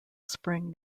spring